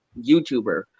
YouTuber